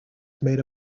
made